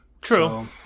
True